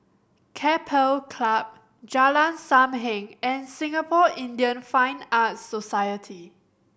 Keppel Club Jalan Sam Heng and Singapore Indian Fine Arts Society